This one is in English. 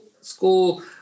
school